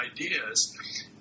ideas